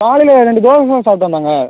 காலையில் ரெண்டு தோசை தான் சாப்பிட்டு வந்தாங்கள்